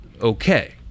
okay